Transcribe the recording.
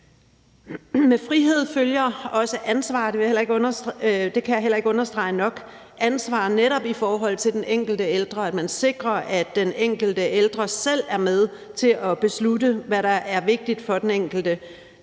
det handler netop om ansvar i forhold til den enkelte ældre, og om, at man sikrer, at den enkelte ældre selv er med til at beslutte, hvad der er vigtigt for den enkelte.